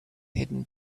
hidden